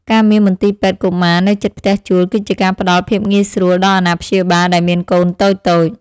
ការមានមន្ទីរពេទ្យកុមារនៅជិតផ្ទះជួលគឺជាការផ្តល់ភាពងាយស្រួលដល់អាណាព្យាបាលដែលមានកូនតូចៗ។